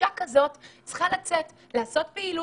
אישה כזו צריכה לצאת ולעשות פעילות,